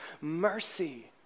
mercy